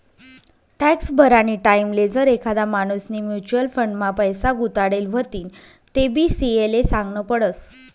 tax भरानी टाईमले जर एखादा माणूसनी म्युच्युअल फंड मा पैसा गुताडेल व्हतीन तेबी सी.ए ले सागनं पडस